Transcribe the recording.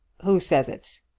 who says it?